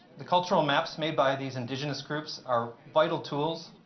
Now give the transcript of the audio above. the cultural maps made by these indigenous groups are vital tools